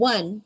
One